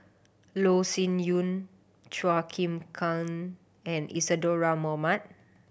Loh Sin Yun Chua Chim Kang and Isadhora Mohamed